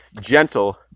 gentle